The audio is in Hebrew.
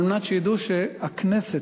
כדי שידעו שהכנסת,